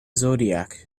zodiac